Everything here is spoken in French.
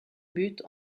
buts